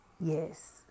yes